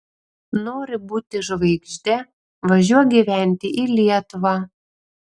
nori būti žvaigžde važiuok gyventi į lietuvą